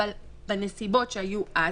אבל בנסיבות שהיו אז,